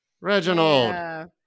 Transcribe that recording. Reginald